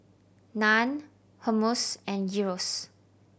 Naan Hummus and Gyros